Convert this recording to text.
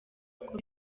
kuko